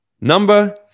Number